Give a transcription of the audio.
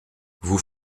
vous